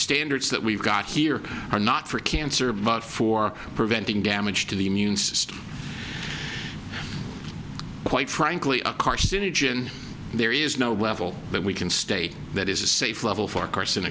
standards that we've got here are not for cancer but for preventing damage to the immune system quite frankly a carcinogen there is no level that we can state that is a safe level for